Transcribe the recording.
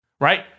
right